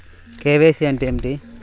KYC అంటే ఏమిటి?